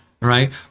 right